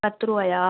பத்து ரூபாயா